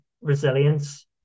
resilience